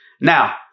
Now